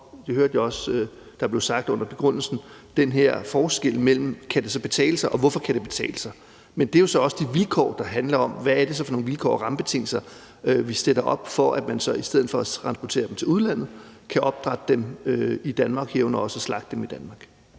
det hørte jeg også at der blev sagt under begrundelsen – det her forhold mellem, om det kan betale sig, og hvorfor det kan betale sig. Men det handler jo også om, hvad det så er for nogle vilkår og rammebetingelser, vi stiller op, for at man i stedet for at transportere dem til udlandet kan opdrætte dem i Danmark og herunder også slagte dem i Danmark.